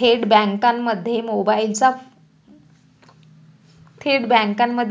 थेट बँकांमध्ये